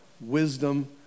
wisdom